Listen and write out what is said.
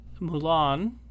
Mulan